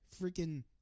Freaking